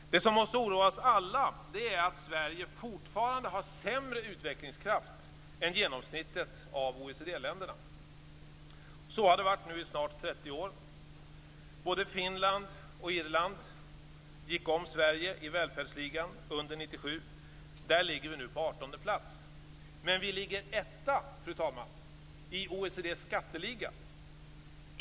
Det som måste oroa oss alla är att Sverige fortfarande har sämre utvecklingskraft än genomsnittet av OECD-länderna. Så har det varit i nu snart 30 år. Både Finland och Irland gick om Sverige i välfärdsligan under 1997. Där ligger vi nu på 18:e plats. Men vi ligger etta, fru talman, i OECD:s skatteliga.